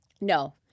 No